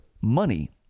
money